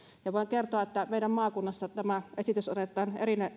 voin kertoa että meidän maakunnassamme tämä esitys otetaan